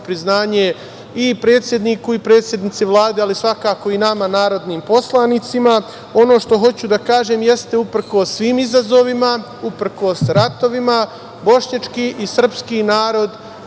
priznanje i predsedniku i predsednici Vlade, ali svakako i nama narodnim poslanicima. Ono što hoću da kažem jeste da, uprkos svim izazovima, uprkos ratovima, bošnjački i srpski narod